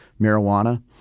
marijuana